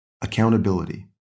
accountability